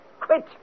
quit